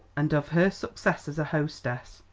and of her success as a hostess.